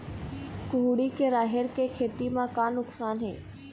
कुहड़ी के राहेर के खेती म का नुकसान हे?